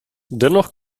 dennoch